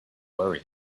worry